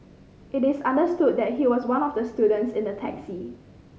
it is understood that he was one of the students in the taxi